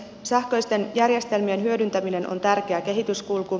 sähköisten järjestelmien hyödyntäminen on tärkeä kehityskulku